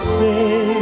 say